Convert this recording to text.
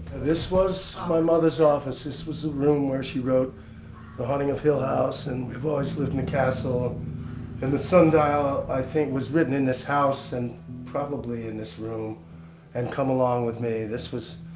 this was my mother's office, this was the room where she wrote the haunting of hill house, and we have always lived in the castle ah and the sundial i think was written in this house and probably in this room and come along with me. this was,